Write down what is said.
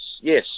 yes